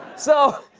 so,